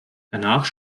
danach